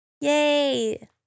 Yay